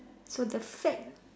so the fact